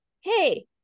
hey